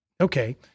Okay